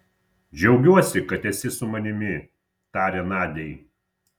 džiaugiuosi kad esi su manimi tarė nadiai